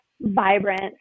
vibrant